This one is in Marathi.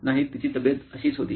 तिची तब्येत अशीच होती